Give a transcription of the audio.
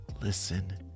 listen